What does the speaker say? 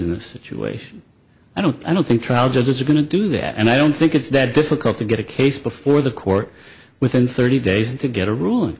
in this situation i don't i don't think trial judges are going to do that and i don't think it's that difficult to get a case before the court within thirty days to get a ruling